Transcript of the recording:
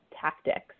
tactics